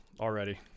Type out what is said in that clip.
already